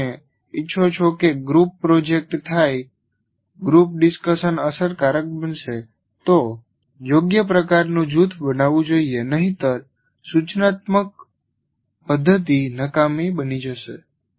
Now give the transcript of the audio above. જો તમે ઇચ્છો છો કે ગ્રુપ પ્રોજેક્ટ થાય ગ્રુપ ડિસ્કશન અસરકારક બને તો યોગ્ય પ્રકારનું જૂથ બનાવવું જોઈએ નહિંતર સૂચનાત્મક પદ્ધતિ નકામી બની જશે